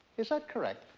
is that correct?